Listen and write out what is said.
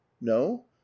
no